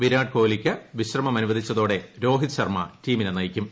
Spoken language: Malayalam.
വിരാട് കോലിയ്ക്ക് വിശ്രമം അനുവദിച്ചതോടെ രോഹിത് ശർമ്മ ടീമിനെ നയിക്കും